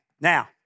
Now